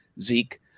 Zeke